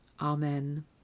Amen